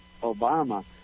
Obama